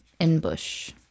Inbush